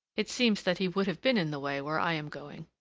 it seems that he would have been in the way where i am going.